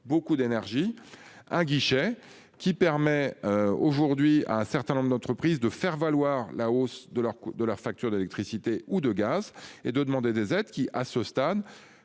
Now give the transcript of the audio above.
beaucoup d'énergie. Un guichet qui permet aujourd'hui à un certain nombre d'entreprises de faire valoir la hausse de leurs coûts de la facture d'électricité ou de gaz et de demander des aides qui à ce stade